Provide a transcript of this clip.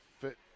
fit